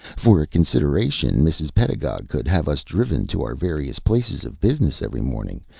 for a consideration, mrs. pedagog could have us driven to our various places of business every morning,